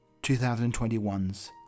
2021's